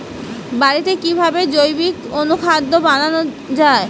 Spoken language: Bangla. বাড়িতে কিভাবে জৈবিক অনুখাদ্য বানানো যায়?